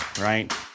right